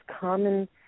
common